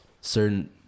certain